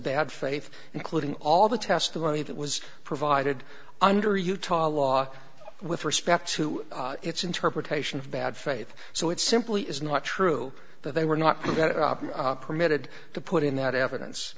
bad faith including all the testimony that was provided under utah law with respect to its interpretation of bad faith so it simply is not true that they were not permitted to put in that evidence